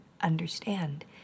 understand